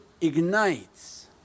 ignites